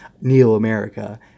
neo-America